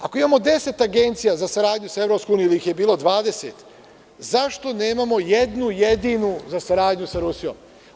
Ako imamo 10 agencija za saradnju sa EU, jer ih je bilo 20, zašto nemamo jednu, jedinu saradnju sa Rusijom?